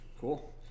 Cool